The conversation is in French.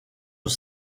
aux